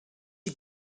you